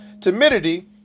timidity